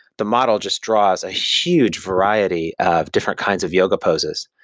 the model just draws a huge variety of different kinds of yoga poses.